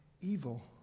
evil